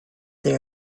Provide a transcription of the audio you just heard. they